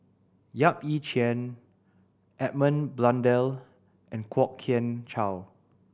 Yap Ee Chian Edmund Blundell and Kwok Kian Chow